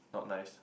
not nice